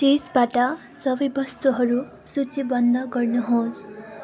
चिजबाट सबै वस्तुहरू सूचीबद्ध गर्नुहोस्